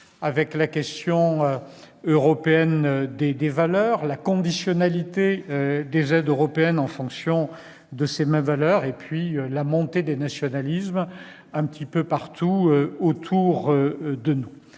avec la question européenne des valeurs, la conditionnalité des aides européennes en fonction de ces mêmes valeurs, et la montée des nationalismes un peu partout autour de nous.